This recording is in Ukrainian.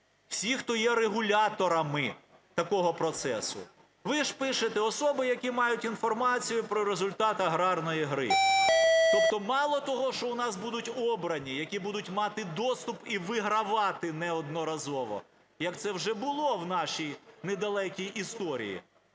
всі, хто є регуляторами такого процесу, ви ж пишете: особи, які мають інформацію про результат аграрної гри. Тобто мало того, що у нас будуть обрані, які будуть мати доступ і вигравати неодноразово, як це вже було в нашій недалекій історії.